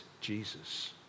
Jesus